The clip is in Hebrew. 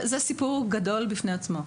זה סיפור גדול בפני עצמו.